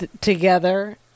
together